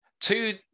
two